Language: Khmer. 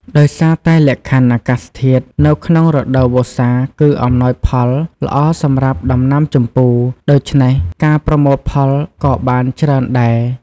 ដោយសារតែលក្ខខណ្ឌអាកាសធាតុនៅក្នុងរដូវវស្សាគឺអំណោយផលល្អសម្រាប់ដំណាំជម្ពូ ដូច្នេះការប្រមូលផលក៏បានច្រើនដែរ។